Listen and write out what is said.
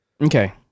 Okay